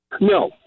No